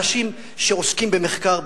אנשים שעוסקים במחקר,